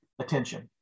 attention